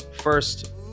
First